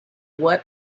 what